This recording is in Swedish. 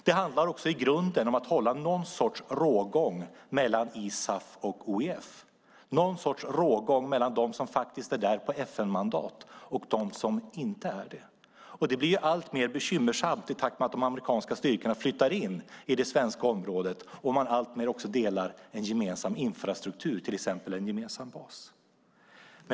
Det handlar också i grunden om att hålla någon sorts rågång mellan ISAF och OEF - någon sorts rågång mellan dem som faktiskt är där på FN-mandat och dem som inte är det. Det blir alltmer bekymmersamt i takt med att de amerikanska styrkorna flyttar in i det svenska området och man alltmer delar infrastruktur, till exempel en gemensam bas.